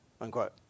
Unquote